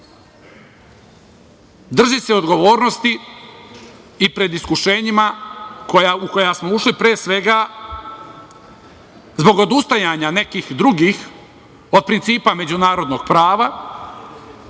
Drži se odgovornosti i pred iskušenjima u koja smo ušli, pre svega, zbog odustajanja nekih drugih od principa međunarodnog prava